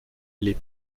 les